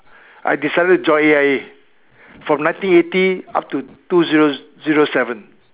I decided to join A_I_A from nineteen eighty up to two zero zero seven